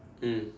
mm